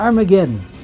Armageddon